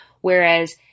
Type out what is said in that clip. Whereas